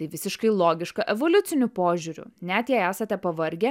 tai visiškai logiška evoliuciniu požiūriu net jei esate pavargę